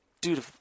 dude